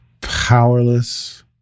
powerless